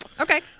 Okay